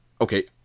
okay